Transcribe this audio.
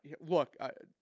look